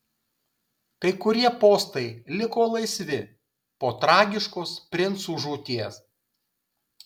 kai kurie postai liko laisvi po tragiškos princų žūties